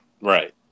Right